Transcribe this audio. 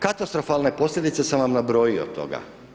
Katastrofalne posljedice sam vam nabrojio toga.